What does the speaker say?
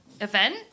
event